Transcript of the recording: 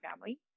family